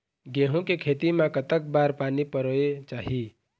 गेहूं के खेती मा कतक बार पानी परोए चाही?